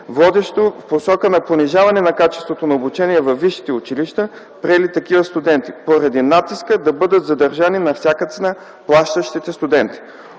водещо в посока на понижаване на качеството на обучение във висшите училища, приели такива студенти, поради натиска да бъдат задържани на всяка цена плащащите студенти.